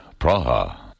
Praha